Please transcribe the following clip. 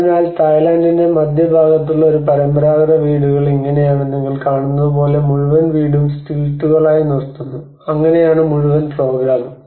അതിനാൽ തായ്ലൻഡിന്റെ മധ്യഭാഗത്തുള്ള ഒരു പരമ്പരാഗത വീടുകൾ ഇങ്ങനെയാണ് നിങ്ങൾ കാണുന്നത് പോലെ മുഴുവൻ വീടും സ്റ്റിൽട്ടുകളായി നിർത്തുന്നു അങ്ങനെയാണ് മുഴുവൻ പ്രോഗ്രാമും